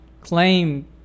claim